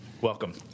welcome